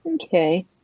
Okay